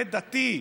עובד דתי,